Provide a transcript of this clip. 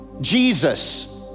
Jesus